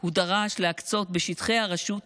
הוא דרש להקצות בשטחי הרשות